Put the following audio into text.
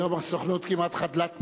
היום הסוכנות היא כמעט חדלת פירעון,